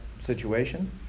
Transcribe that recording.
situation